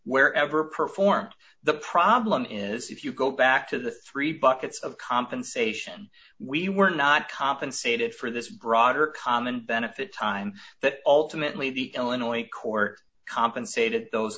wherever performed the problem is if you go back to the three buckets of compensation we were not compensated for this broader common benefit time that ultimately the illinois court compensated those